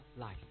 life